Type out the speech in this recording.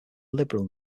liberal